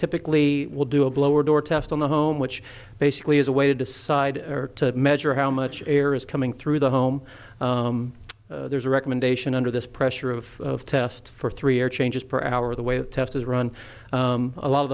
typically will do a blower door test on the home which basically is a way to decide or to measure how much air is coming through the home there's a recommendation under this pressure of test for three or changes per hour the way the test is run a lot of